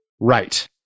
Right